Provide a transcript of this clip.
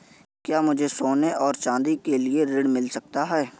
क्या मुझे सोने और चाँदी के लिए ऋण मिल सकता है?